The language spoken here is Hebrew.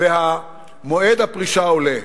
ומועד הפרישה עולה.